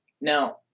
now